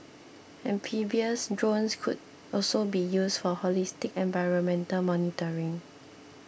amphibious drones could also be used for holistic environmental monitoring